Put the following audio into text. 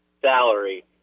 salary